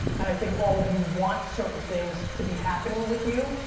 and i think all of you want certain things to be happening with you.